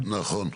התכנון.